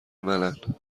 منن